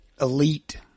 elite